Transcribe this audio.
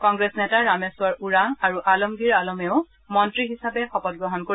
কংগ্ৰেছ নেতা ৰামেশ্বৰ ওৰাং আৰু আলমগীৰ আলমেও মন্ত্ৰী হিচাপে শপতগ্ৰহণ কৰিব